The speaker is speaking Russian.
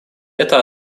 это